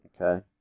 Okay